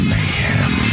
Mayhem